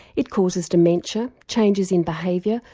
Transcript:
it causes dementia, changes in behaviour,